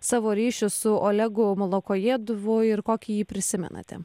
savo ryšius su olegu molokojėduvu ir kokį jį prisimenate